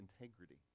integrity